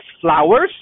flowers